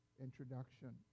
introduction